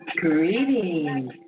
Greetings